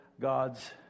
God's